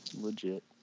Legit